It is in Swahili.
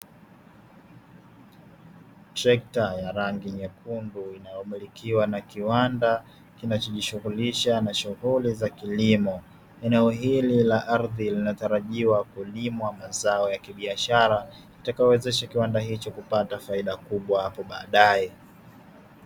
Trekta ya rangi nyekundu, inayomilikiwa na kiwanda kinachojishughulisha na shughuli za kilimo. Eneo hili la ardhi linatarajiwa kulimwa mazao ya kibiashara, yatakayowezesha kiwanda hiki kupata faida kubwa hapo baadae.